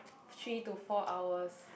three to four hours